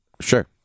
Sure